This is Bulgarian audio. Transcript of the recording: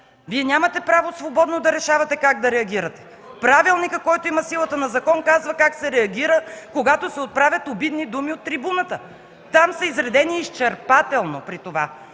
Вие нямате право свободно да решавате как да реагирате. Правилникът, който има силата на закон, казва как се реагира, когато се отправят обидни думи от трибуната. Там са изредени изчерпателно при това.